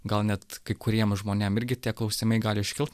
gal net kai kuriem žmonėm irgi tie klausimai gali iškilt